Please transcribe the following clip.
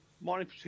morning